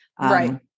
Right